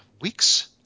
weeks